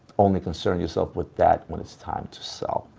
only concern yourself with that when it's time to sell.